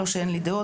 לא שאין לי דעות,